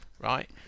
right